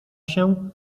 się